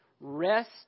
rest